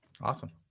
awesome